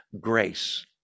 Grace